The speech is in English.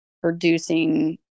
producing